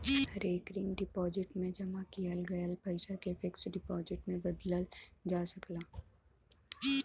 recurring deposit से जमा किहल गयल पइसा के फिक्स डिपाजिट में बदलल जा सकला